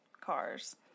cars